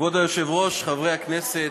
כבוד היושב-ראש, חברי הכנסת,